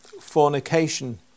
fornication